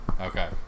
Okay